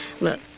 Look